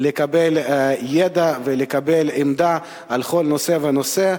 לקבל ידע ולקבל עמדה על כל נושא ונושא,